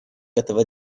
этого